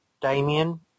Damien